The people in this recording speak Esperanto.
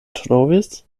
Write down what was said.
trovis